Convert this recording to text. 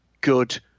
good